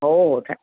हो हो थॅ